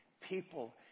people